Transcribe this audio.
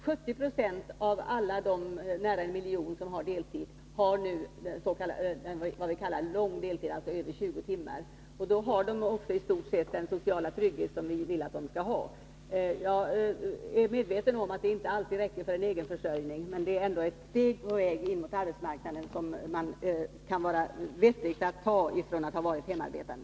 70 26 av alla de nästan en miljon människor som har deltid har nu vad vi kallar lång deltid, alltså över 20 timmar. Då har de också i stort sett den sociala trygghet som vi vill att de skall ha. Jag är medveten om att denna deltid inte alltid räcker för en egenförsörjning, men den är ändå ett steg på vägen in mot arbetsmarknaden som kan vara vettigt att ta för en som har varit hemarbetande.